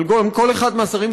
אבל כל אחד מהשרים,